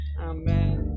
Amen